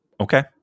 Okay